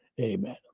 Amen